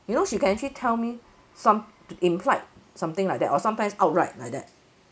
you know she can actually tell me some implied something like that or sometimes outright like that